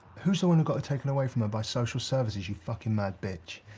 who's the one who got her taken away from her by social services, you fucking mad bitch?